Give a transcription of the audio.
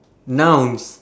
nouns